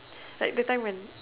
like that time when